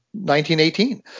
1918